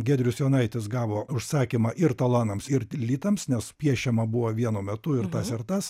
giedrius jonaitis gavo užsakymą ir talonams ir litams nes piešiama buvo vienu metu ir tas ir tas